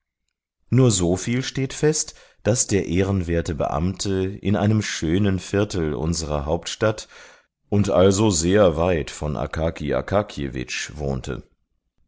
nur so viel steht fest daß der ehrenwerte beamte in einem schönen viertel unserer hauptstadt und also sehr weit von akaki akakjewitsch wohnte